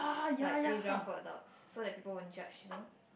like playground for adults so that people won't judge you know